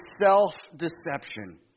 self-deception